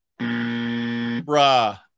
Bruh